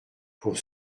pour